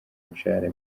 imishahara